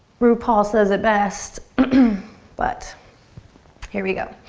ru paul says it best but here we go.